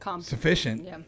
Sufficient